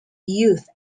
youth